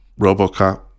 robocop